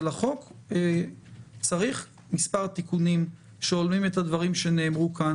החוק צריך מספר תיקונים שהולמים את הדברים שנאמרו כאן